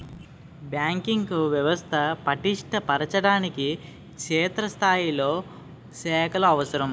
banking వ్యవస్థ పటిష్ట పరచడానికి క్షేత్రస్థాయిలో శాఖలు అవసరం